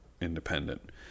independent